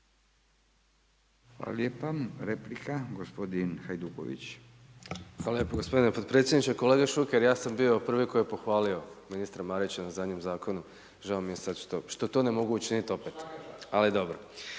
Hvala lijepa. Replika, gospodin Hajduković. **Hajduković, Domagoj (SDP)** Hvala lijepo gospodine potpredsjedniče. Kolega Šuker, ja sam bio prvi koji je pohvalio ministra Marića na zadnjem zakonu, žao mi je sada što to ne mogu učiniti opet, ali dobro.